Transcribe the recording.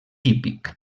típic